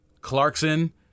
Clarkson